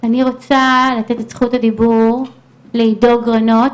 אני רוצה לתת את זכות הדיבור לעידו גרנות,